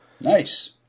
Nice